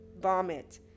vomit